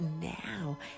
now